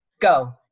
go